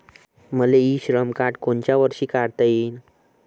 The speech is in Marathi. मले इ श्रम कार्ड कोनच्या वर्षी काढता येईन?